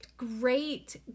Great